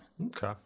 Okay